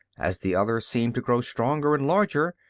as the other seemed to grow stronger and larger,